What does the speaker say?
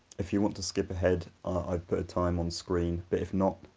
if you want to skip ahead i've put a time on screen, but if not,